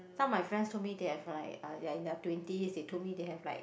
some of my friends told they have like they are in their twenties they told me they have like